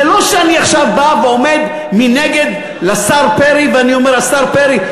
זה לא שאני עכשיו בא ועומד מנגד לשר פרי ואומר: השר פרי,